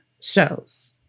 shows